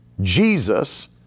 Jesus